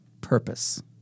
purpose